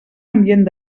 ambient